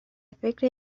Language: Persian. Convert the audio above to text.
فکر